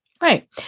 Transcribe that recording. Right